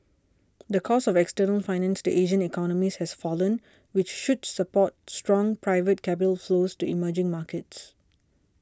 the cost of external finance to Asian economies has fallen which should support strong private capital flows to emerging markets